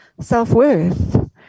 self-worth